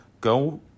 go